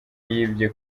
yibwe